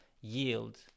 yield